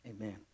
Amen